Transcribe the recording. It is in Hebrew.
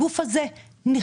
הגוף הזה נשחק.